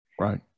Right